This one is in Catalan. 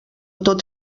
tot